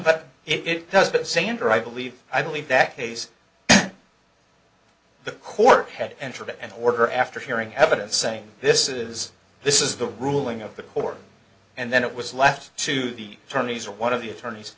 but it does but sander i believe i believe that case the court had entered and order after hearing evidence saying this is this is the ruling of the court and then it was left to the attorneys or one of the attorneys